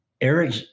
Eric